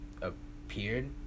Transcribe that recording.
appeared